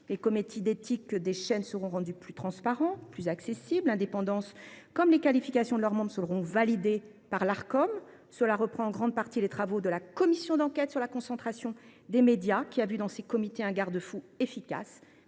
Les comités d’éthique des chaînes seront rendus plus transparents et plus accessibles, leur indépendance comme les qualifications de leurs membres seront validées par l’Arcom. Ces mesures reprennent en grande partie les travaux de la commission d’enquête sur la concentration des médias en France, qui a vu dans ces comités un garde fou efficace,